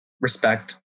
respect